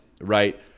right